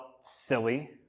silly